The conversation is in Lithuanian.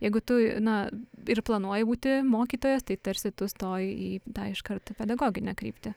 jeigu tu na ir planuoji būti mokytojas tai tarsi tu stoji į tą iškart į pedagoginę kryptį